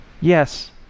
Yes